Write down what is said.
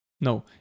No